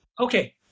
Okay